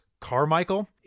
Carmichael